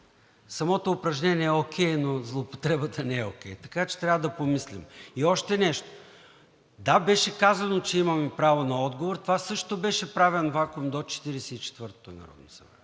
Самото упражнение е окей, но злоупотребата не е окей, така че трябва да помислим. И още нещо. Да, беше казано, че имаме право на отговор, това също беше правен вакуум до Четиридесет